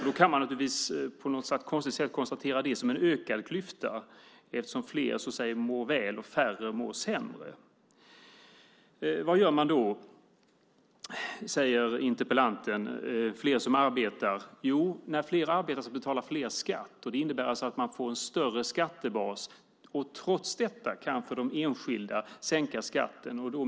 Då kan man naturligtvis på något konstigt sätt konstatera det som en ökad klyfta, eftersom fler så att säga mår väl och färre mår sämre. Interpellanten undrar varför man gör detta för att fler ska arbeta. Jo - när fler arbetar betalar fler skatt. Det innebär alltså att man får en större skattebas och kan sänka skatten för de enskilda.